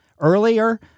earlier